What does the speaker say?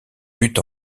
but